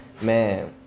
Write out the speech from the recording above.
man